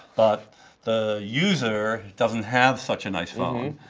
but the user doesn't have such a nice phone.